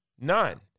None